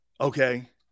okay